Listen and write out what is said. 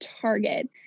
target